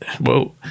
whoa